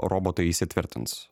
robotai įsitvirtins